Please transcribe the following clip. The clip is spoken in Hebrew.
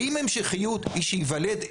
האם המשכיות היא שייוולד,